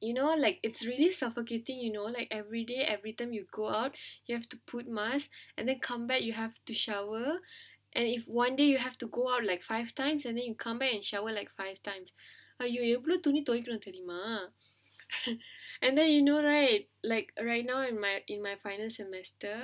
you know like it's really suffocating you know like everyday every time you go out you have to put mask and then come back you have to shower and if one day you have to go out like five times and then you come back and shower like five times !aiyo! எவ்ளோ துணி துவைக்கிறோம் தெரியுமா:evlo thuni thuvaikkirom theriyumaa and then you know right like right now in my in my final semester